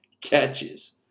catches